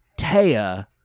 Taya